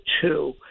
two